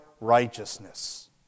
righteousness